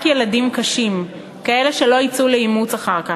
לקחת רק ילדים קשים, כאלה שלא יצאו לאימוץ אחר כך,